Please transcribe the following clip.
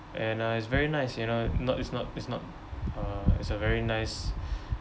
and uh it's very nice you know not it's not it's not uh it's a very nice